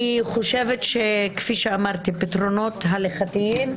בנוגע לפתרונות הלכתיים,